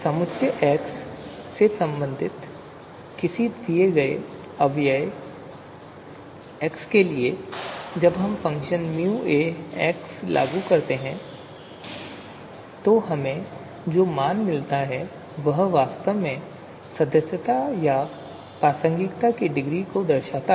समुच्चय X से संबंधित किसी दिए गए अवयव x के लिए जब हम फंक्शन µA लागू करते हैं तो हमें जो मान मिलता है वह वास्तव में सदस्यता या प्रासंगिकता की डिग्री को दर्शाता है